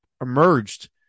emerged